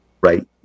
Right